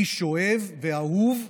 איש אוהב ואהוב,